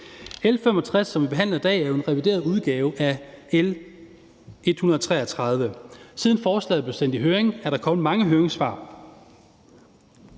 L 65, som vi behandler i dag, er jo en revideret udgave af L 133, og siden forslaget blev sendt i høring, er der kommet mange høringssvar.